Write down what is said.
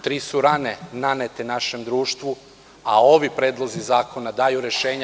Tri su rane nanete našem društvu, a ovi predlozi zakona daju rešenja.